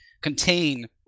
contain